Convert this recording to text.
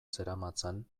zeramatzan